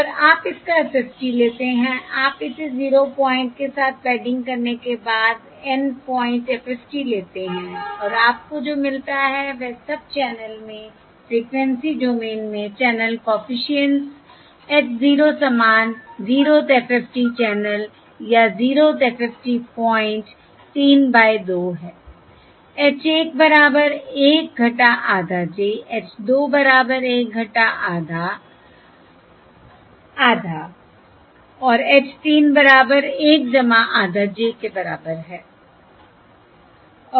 और आप इस का FFT लेते हैं आप इसे 0 पॉइंट के साथ पेडिंग करने के बाद N पॉइंट FFT लेते हैं और आपको जो मिलता है वह सब चैनल में फ्रिकवेंसी डोमेन में चैनल कॉफिशिएंट्स H 0 समान 0th FFT चैनल या 0th FFT पॉइंट 3 बाय 2 है H 1 बराबर 1 आधा j H 2 बराबर 1 - आधा आधा और H 3 बराबर 1 आधा j के बराबर है